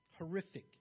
Horrific